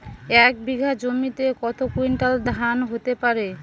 এক বিঘা জমিতে কত কুইন্টাল ধান হতে পারে?